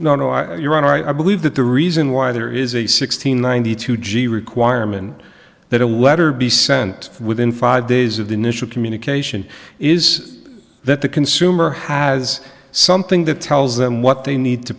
honor i believe that the reason why there is a six hundred ninety two g requirement that a letter be sent within five days of the initial communication is that the consumer has something that tells them what they need to